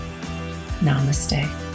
Namaste